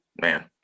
man